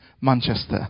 Manchester